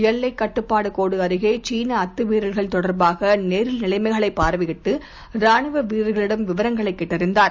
எல்லைக்கட்டுப்பாடுகோடுஅருகேசீனஅத்துமீறல்கள்தொடர்பாகநேரில்நிலைமைக ளைபார்வையிட்டு ராணுவவீரர்களிடம்விவரங்களைகேட்டறிந்தார்